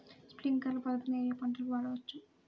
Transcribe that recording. Sprinkler పద్ధతిని ఏ ఏ పంటలకు వాడవచ్చు?